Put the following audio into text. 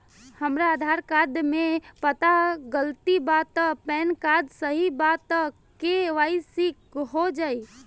हमरा आधार कार्ड मे पता गलती बा त पैन कार्ड सही बा त के.वाइ.सी हो जायी?